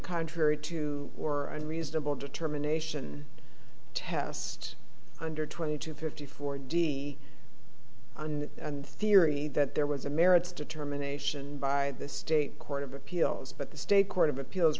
contrary to or a reasonable determination test under twenty two fifty four de theory that there was a merits determination by the state court of appeals but the state court of appeals